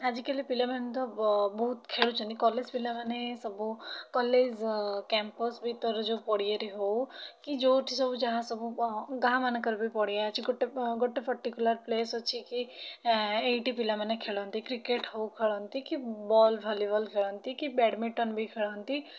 ଆଜିକାଲି ପିଲାମାନେ ତ ବ ବହୁତ ଖେଳୁଛନ୍ତି କଲେଜ୍ ପିଲାମାନେ ସବୁ କଲେଜ୍ କ୍ୟାମ୍ପସ୍ ଭିତରେ ଯୋଉ ପଡ଼ିଆରେ ହେଉ କି ଯୋଉଠି ସବୁ ଯାହାସବୁ ଗାଁ'ମାନଙ୍କରେ ବି ପଡ଼ିଆ ଅଛି ଗୋଟେ ଗୋଟେ ପର୍ଟିକୁଲାର୍ ପ୍ଲେସ୍ ଅଛି କି ଏଇଠି ପିଲାମାନେ ଖେଳନ୍ତି କ୍ରିକେଟ୍ ହେଉ ଖେଳନ୍ତି କି ବଲ୍ ଭଲିବଲ୍ ଖେଳନ୍ତି କି ବ୍ୟାଡମିଟନ୍ ବି ଖେଳନ୍ତି